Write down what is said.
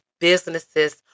businesses